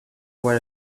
voit